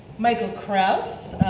michael kraus,